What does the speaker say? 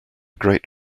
great